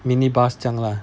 minibus 这样 lah